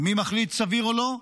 ומי מחליט, סביר או לא?